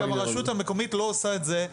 אבל גם הרשות המקומית לא עושה את זה,